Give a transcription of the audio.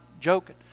joking